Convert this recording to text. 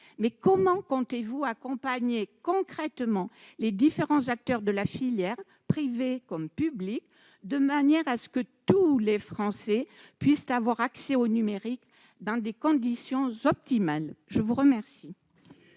mais comment comptez-vous accompagner concrètement les différents acteurs de la filière, privés comme publics, de manière que tous les Français puissent avoir accès au numérique dans des conditions optimales ? La parole